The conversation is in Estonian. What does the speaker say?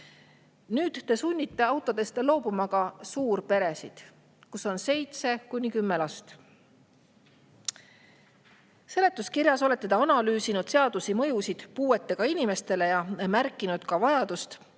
Nüüd te sunnite autodest loobuma ka suurperesid, kus on 7–10 last. Seletuskirjas olete te analüüsinud seaduse mõjusid puuetega inimestele ja märkinud ära vajaduse